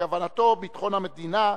שכוונתו ביטחון המדינה,